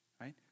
right